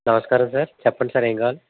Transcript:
నమస్కారం సార్ చెప్పండి సార్ ఏం కావాలి